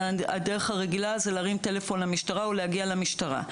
הדרך הרגילה היא להרים טלפון למשטרה או להגיע למשטרה.